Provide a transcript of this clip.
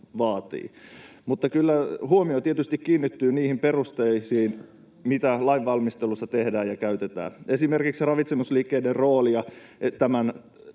vaatii, mutta kyllä huomio tietysti kiinnittyy niihin perusteisiin, mitä lainvalmistelussa tehdään ja käytetään esimerkiksi ravitsemusliikkeiden roolista tämän